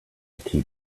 keep